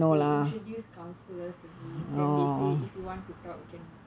they introduced counselors only then they said if you want to talk you can talk